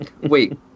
Wait